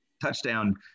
touchdown